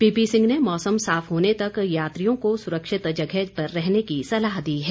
PP Singh ने मौसम साफ होने तक यात्रियों को सुरक्षित जगह पर रहने की सलाह दी है